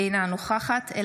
אינו נוכח קטי קטרין שטרית,